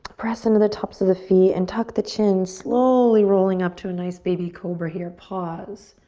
press into the tops of the feet and tuck the chin slowly rolling up to a nice baby cobra here, pause.